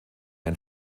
ein